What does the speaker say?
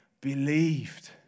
believed